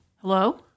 Hello